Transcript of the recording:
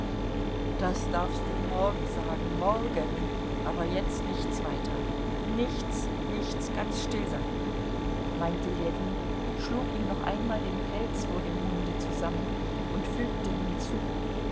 das darfst du morgen sagen morgen aber jetzt nichts weiter nichts nichts ganz still sein meinte ljewin schlug ihm noch einmal den pelz vor dem munde zusammen und fügte hinzu